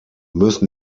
müssen